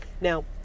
Now